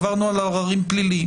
עברנו על עררים פליליים